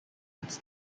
its